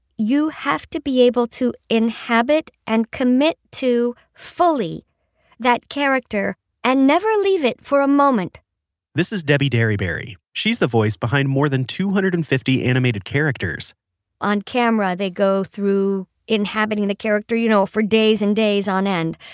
you have to be able to inhabit and commit to fully that character and never leave it for a moment this is debi derryberry. she's the voice behind more than two hundred and fifty animated characters on-camera, they go through inhabiting the character you know for days and days on end,